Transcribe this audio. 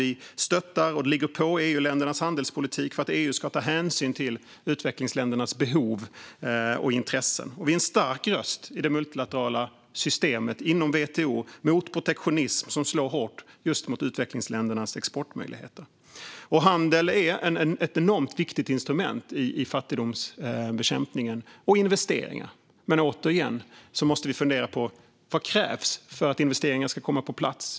Vi stöttar och ligger på i EU-ländernas handelspolitik för att EU ska ta hänsyn till utvecklingsländernas behov och intressen. Vi är en stark röst i det multilaterala systemet inom WTO mot protektionism som slår hårt just mot utvecklingsländernas exportmöjligheter. Handel är ett enormt viktigt instrument i fattigdomsbekämpningen, och likaså investeringar. Men återigen måste vi fundera på: Vad krävs för att investeringar ska komma på plats?